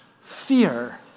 fear